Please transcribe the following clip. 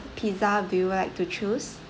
pizza do you like to choose